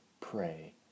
pray